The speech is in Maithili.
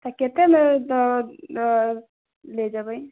तऽ कतेकमे तऽ लऽ जेबै